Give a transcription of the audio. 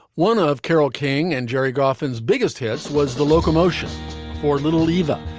one ah of carole king and gerry goffin biggest hits was the locomotion for little eeva.